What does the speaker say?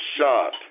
shot